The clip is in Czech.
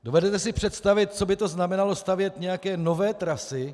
Dovedete si představit, co by to znamenalo, stavět nějaké nové trasy?